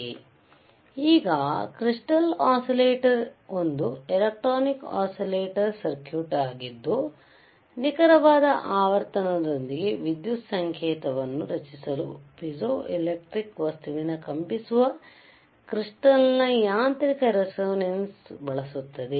ಆದ್ದರಿಂದ ಈಗ crystal oscillator ಒಂದು ಎಲೆಕ್ಟ್ರಾನಿಕ್ ಒಸಿಲೇಟಾರ್ ಸರ್ಕ್ಯೂಟ್ ಆಗಿದ್ದು ನಿಖರವಾದ ಆವರ್ತನದೊಂದಿಗೆ ವಿದ್ಯುತ್ ಸಂಕೇತವನ್ನು ರಚಿಸಲು ಪೀಜೋಎಲೆಕ್ಟ್ರಿಕ್ ವಸ್ತುವಿನ ಕಂಪಿಸುವ ಕ್ರಿಸ್ಟಾಲ್ ನ ಯಾಂತ್ರಿಕ ರೇಸೋನೆನ್ಸ್ ಬಳಸುತ್ತದೆ